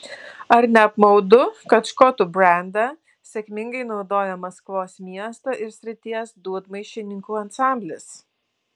ar ne apmaudu kad škotų brandą sėkmingai naudoja maskvos miesto ir srities dūdmaišininkų ansamblis